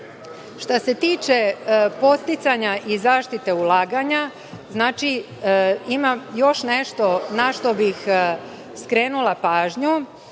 se tiče podsticanja i zaštite ulaganja, znači, ima još nešto našta bih skrenula pažnju,